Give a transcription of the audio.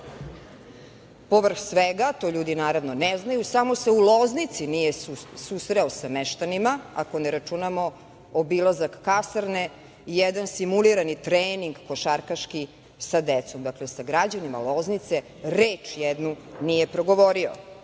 školu. Povrh svega, to ljudi, naravno, ne znaju, samo se u Loznici nije susreo sa meštanima, ako ne računamo obilazak kasarne i jedan simulirani trening košarkaški sa decom. Dakle, sa građanima Loznice reč jednu nije progovorio.E,